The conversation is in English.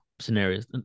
scenarios